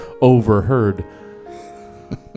overheard